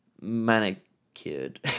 Manicured